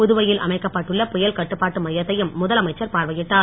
புதுவையில் அமைக்கப்பட்டள்ள புயல் கட்டுபாட்டு மையத்தையும் முதலமைச்சர் பார்வையிட்ட்டார்